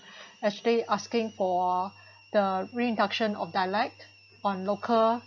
actually asking for the re-induction of dialect on local